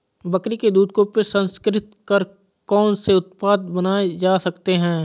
बकरी के दूध को प्रसंस्कृत कर कौन से उत्पाद बनाए जा सकते हैं?